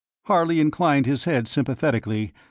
harley inclined his head sympathetically,